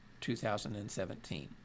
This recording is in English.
2017